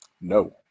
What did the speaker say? No